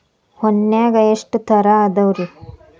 ಹೂನ್ಯಾಗ ಎಷ್ಟ ತರಾ ಅದಾವ್?